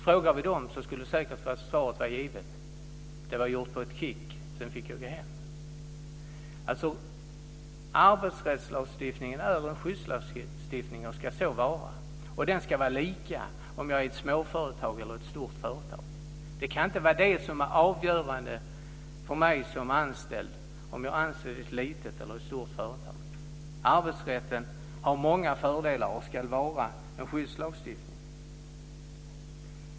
Frågade vi någon av dem skulle svaret säkert vara givet: Det var gjort på ett kick, sedan fick jag gå hem. Arbetsrättslagstiftningen är en skyddslagstiftning och ska så vara. Den ska vara lika om jag arbetar i ett småföretag eller i ett stort företag. Det kan inte vara avgörande för mig som anställd om jag är anställd i ett litet eller i ett stort företag. Arbetsrätten har många fördelar och ska vara en skyddslagstiftning.